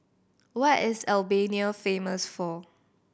what is Albania famous for